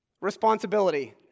Responsibility